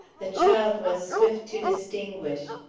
the child was swift to distinguish.